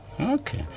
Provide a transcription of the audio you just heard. Okay